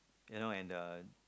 you know and uh